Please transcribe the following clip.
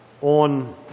on